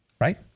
right